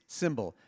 symbol